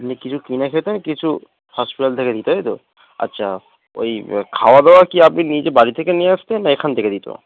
আপনি কিছু কিনে খেতেন কিছু হসপিটাল থেকে দিতো তাই তো আচ্ছা ওই খাওয়া দাওয়া কি আপনি নিজে বাড়ি থেকে নিয়ে আসতেন না এখান থেকে দিতে